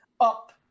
up